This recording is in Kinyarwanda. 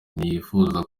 ntiyifuza